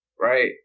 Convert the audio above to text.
right